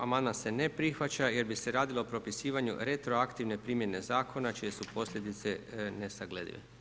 Amandman se ne prihvaća jer bi se radilo o propisivanju retroaktivne primjene Zakona čije su posljedice nesagledive.